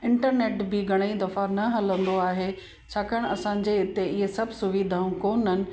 internet बि घणेई दफ़ा न हलंदो आहे छाकाणि असांजे हिते हीअ सभु सुविधाऊं कोन्ह आहिनि